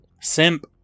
simp